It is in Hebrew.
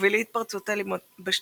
תוביל להתפרצות אלימות בשטחים,